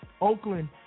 Oakland